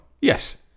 yes